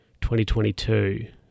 2022